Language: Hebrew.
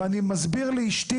ואני מסביר לאשתי